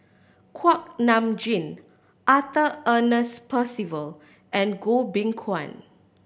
Kuak Nam Jin Arthur Ernest Percival and Goh Beng Kwan